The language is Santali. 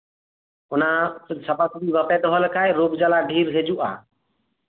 ᱚᱱᱟ ᱥᱟᱯᱷᱟᱼᱥᱟᱯᱷᱤ ᱵᱟᱯᱮ ᱫᱚᱦᱚ ᱞᱮᱠᱷᱟᱡ ᱨᱳᱜᱽ ᱡᱟᱞᱟ ᱰᱷᱮᱨ ᱦᱤᱡᱩᱜᱼᱟ